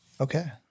Okay